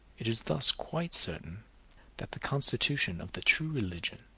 it is thus quite certain that the constitution of the true religion,